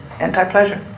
Anti-pleasure